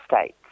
States